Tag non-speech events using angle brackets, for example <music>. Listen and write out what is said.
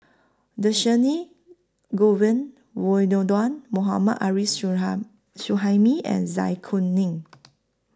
Dhershini Govin Winodan Mohammad Arif <unintelligible> Suhaimi and Zai Kuning